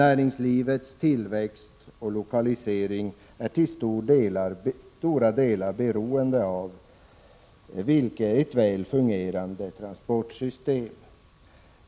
Näringslivets tillväxt och lokalisering är till stor del beroende av ett väl fungerande transportsystem.